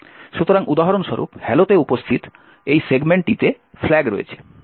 সুতরাং উদাহরণস্বরূপ হ্যালোতে উপস্থিত এই সেগমেন্টটিতে ফ্ল্যাগ রয়েছে